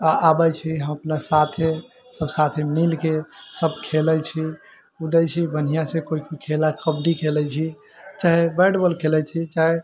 आबै छी हम अपना साथे सब साथी मिलके सब खेलै छी कूदे छी बढ़िऑं से कोइ कोइ खेल कबड्डी खेलै छी चाहे बैट बॉल खेलै छी चाहे